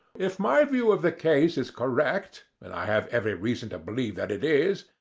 if my view of the case is correct, and i have every reason to believe that it is,